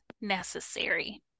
necessary